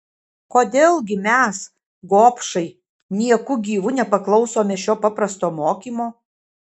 kodėl gi mes gobšai nieku gyvu nepaklausome šio paprasto mokymo